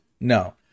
No